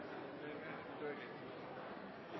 det, men også for